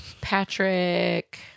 Patrick